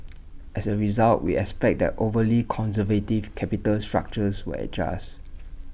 as A result we expect that overly conservative capital structures will adjust